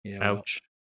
Ouch